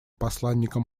посланником